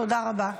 תודה רבה.